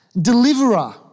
deliverer